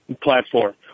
platform